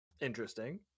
Interesting